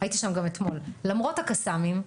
למרות הקסאמים,